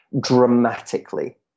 dramatically